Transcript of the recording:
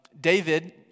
David